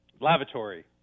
lavatory